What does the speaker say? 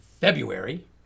February